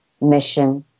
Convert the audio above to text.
mission